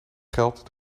geld